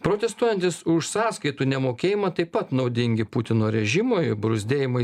protestuojantys už sąskaitų nemokėjimą taip pat naudingi putino režimui bruzdėjimai